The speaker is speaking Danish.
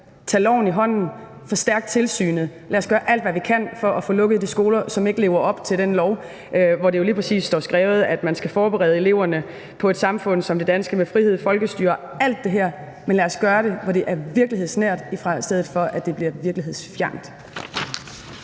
Tag loven i hånden, og forstærk tilsynet. Lad os gøre alt, hvad vi kan, for at få lukket de skoler, som ikke overholder den lov, hvor der lige præcis står skrevet, at man skal forberede eleverne på et samfund som det danske med frihed og folkestyre – alt det her. Men lad os gøre det, så det er virkelighedsnært, i stedet for at det bliver virkelighedsfjernt.